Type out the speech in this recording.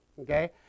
okay